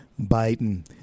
Biden